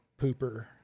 pooper